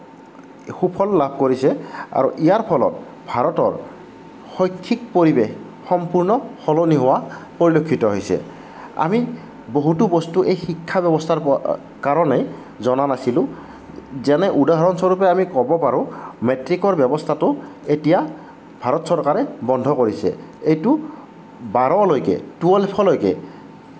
সুফল লাভ কৰিছে আৰু ইয়াৰ ফলত ভাৰতৰ শৈক্ষিক পৰিবেশ সম্পূৰ্ণ সলনি হোৱা পৰিলক্ষিত হৈছে আমি বহুতো বস্তু এই শিক্ষাব্যৱস্থাৰ কাৰণে জনা নাছিলোঁ যেনে উদাহৰণ স্বৰূপে আমি ক'ব পাৰোঁ মেট্ৰিকৰ ব্যৱস্থাটো এতিয়া ভাৰত চৰকাৰে বন্ধ কৰিছে এইটো বাৰলৈকে টুৱেলভলৈকে